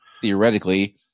theoretically